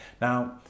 Now